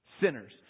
Sinners